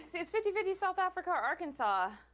so it's fifty fifty south africa or arkansas.